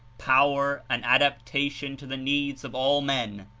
power and adaptation to the needs of all men,